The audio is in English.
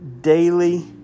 daily